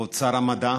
כבוד שר המדע,